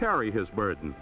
carry his burden